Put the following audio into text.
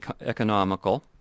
economical